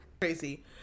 Crazy